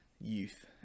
youth